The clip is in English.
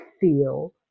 feel